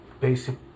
basic